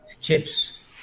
chips